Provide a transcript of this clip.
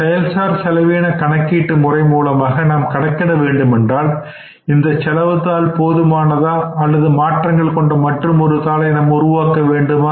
செயல் சார் செலவினை முறை மூலமாக நாம் கணக்கிட வேண்டும் என்றால் இந்த செலவு தாள் போதுமானதா அல்லது மாற்றங்கள் கொண்ட மற்றுமொரு தாளை நாம் உருவாக்க வேண்டுமா